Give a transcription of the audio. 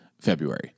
February